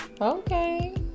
Okay